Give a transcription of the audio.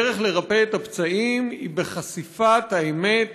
הדרך לרפא את הפצעים היא בחשיפת האמת.